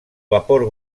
vapor